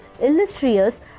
illustrious